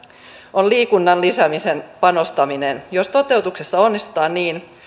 on liikunnan lisäämiseen panostaminen jos toteutuksessa onnistutaan niin